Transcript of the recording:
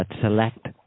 select